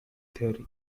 theory